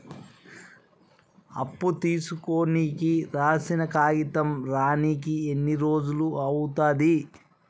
అప్పు తీసుకోనికి రాసిన కాగితం రానీకి ఎన్ని రోజులు అవుతది?